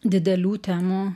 didelių temų